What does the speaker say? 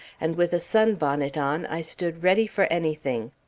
and with a sunbonnet on, i stood ready for anything.